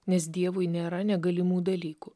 nes dievui nėra negalimų dalykų